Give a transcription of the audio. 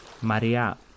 Maria